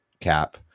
Cap